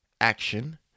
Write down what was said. action